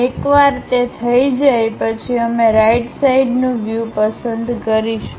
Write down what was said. એકવાર તે થઈ જાય પછી અમે રાઈટ સાઈડનું વ્યૂ પસંદ કરીશું